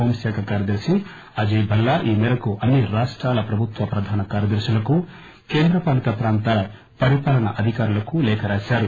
home శాఖ కార్యదర్శి అజయ్ భల్లా ఈ మేరకు అన్ని రాష్టాల ప్రభుత్వ ప్రధాన కార్యదర్శులకు కేంద్ర పాలిత ప్రాంతాల పరిపాలనా అధికారులకు లేఖ రాశారు